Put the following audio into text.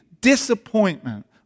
Disappointment